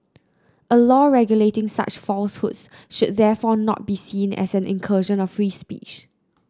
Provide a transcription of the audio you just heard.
a law regulating such falsehoods should therefore not be seen as an incursion of free speech